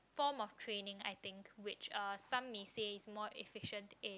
form of training I think which uh some may say is more efficient in